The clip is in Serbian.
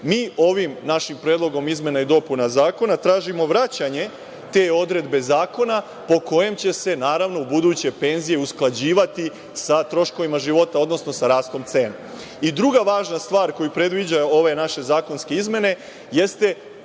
Mi ovim našim predlogom izmena i dopuna zakona tražimo vraćanje te odredbe zakona po kojoj će se, naravno, ubuduće penzije usklađivati sa troškovima života, odnosno sa rastom cena. Druga važna stvar koju predviđaju ove naše zakonske izmene jeste